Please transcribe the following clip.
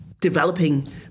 developing